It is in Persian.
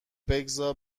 بگذار